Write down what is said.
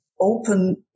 open